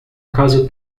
caso